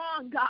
God